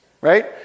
Right